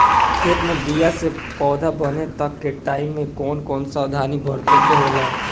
खेत मे बीया से पौधा बने तक के टाइम मे कौन कौन सावधानी बरते के होला?